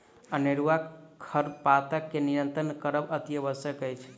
अनेरूआ खरपात के नियंत्रण करब अतिआवश्यक अछि